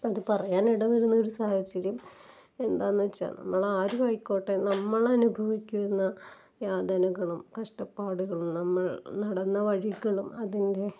അത് പറയാനിട വരുന്നൊരു സാഹചര്യം എന്താന്ന് വെച്ചാൽ നമ്മളാരുമായിക്കോട്ടെ നമ്മളനുഭവിക്കുന്ന യാതനകളും കഷ്ടപ്പാടുകളും നമ്മൾ നടന്ന വഴികളും അതിൻ്റെ